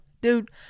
Dude